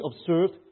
observed